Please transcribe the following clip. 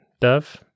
dove